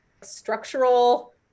structural